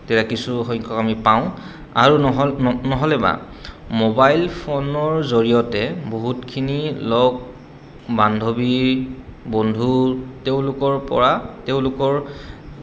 তেতিয়া কিছু সংখ্যক আমি পাওঁ আৰু নহ নহ'লেবা মোবাইল ফোনৰ জৰিয়তে বহুতখিনি লগ বান্ধৱী বন্ধু তেওঁলোকৰ পৰা তেওঁলোকৰ